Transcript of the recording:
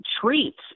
treats